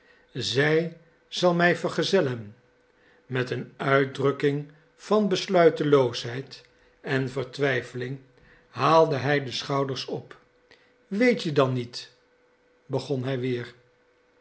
zij zal mij vergezellen met een uitdrukking van besluiteloosheid en vertwijfeling haalde hij de schouders op weet je dan niet begon hij weer